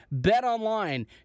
Betonline